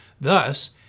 Thus